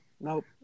Nope